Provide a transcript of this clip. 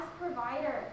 provider